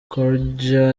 croidja